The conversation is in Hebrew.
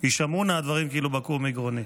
יישמעו הדברים כאילו בקעו מגרוני.